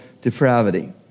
depravity